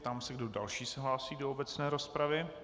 Ptám se, kdo další se hlásí do obecné rozpravy.